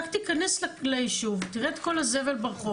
רק תיכנס לישוב תראה את כל הזבל ברחוב